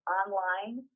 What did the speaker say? online